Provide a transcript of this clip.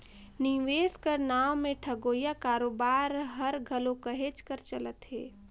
निवेस कर नांव में ठगोइया कारोबार हर घलो कहेच कर चलत हे